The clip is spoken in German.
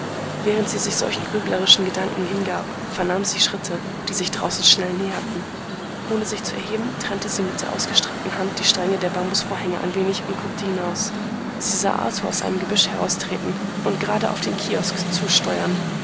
während sie sich solchen grüblerischen gedanken hingab vernahm sie schritte die sich draußen schnell näherten ohne sich zu erheben trennte sie mit der ausgestreckten hand die stränge der bambusvorhänge ein wenig und guckte hinaus sie sah arthur aus einem gebüsch heraustreten und gerade auf den kiosk zusteuern